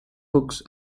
books